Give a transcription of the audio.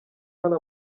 hano